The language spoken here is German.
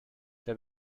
der